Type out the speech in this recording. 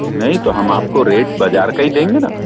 नहीं तो हम आपको रेट बाजार का ही देंगे न